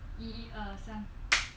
一二三